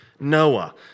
Noah